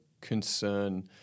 concern